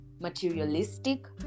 materialistic